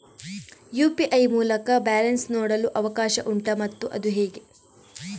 UPI ಮೂಲಕ balance ನೋಡಲು ಅವಕಾಶ ಉಂಟಾ ಮತ್ತು ಅದು ಹೇಗೆ?